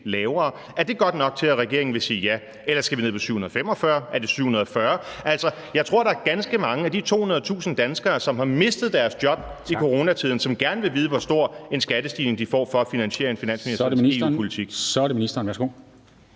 lavere – er det godt nok til, at regeringen vil sige ja? Eller skal vi ned på 745 mia. kr., eller er det 740 mia. kr.? Jeg tror, der er ganske mange af de 200.000 danskere, som har mistet deres job i coronatiden, som gerne vil vide, hvor stor en skattestigning de får for at finansiere en finansministers EU-politik. Kl. 13:18 Formanden (Henrik